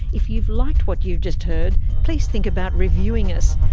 if you've liked what you've just heard, please think about reviewing us.